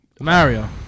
Mario